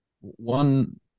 one